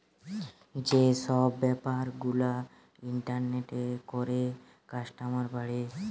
যে সব বেপার গুলা ইন্টারনেটে করে কাস্টমার বাড়ে